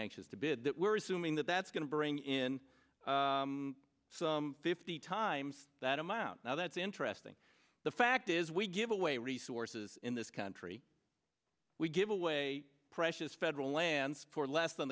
anxious to bid that we're assuming that that's going to bring in fifty times that amount now that's interesting the fact is we give away resources in this country we give away precious federal lands for less than